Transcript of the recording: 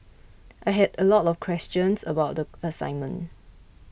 I had a lot of questions about the assignment